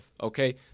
okay